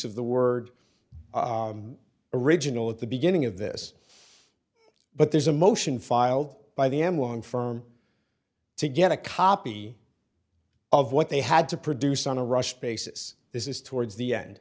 of the word original at the beginning of this but there's a motion filed by the m one firm to get a copy of what they had to produce on a rush basis this is towards the end